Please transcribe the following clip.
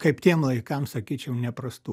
kaip tiem laikam sakyčiau neprastų